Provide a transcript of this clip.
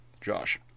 Josh